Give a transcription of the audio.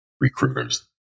recruiters